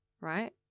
right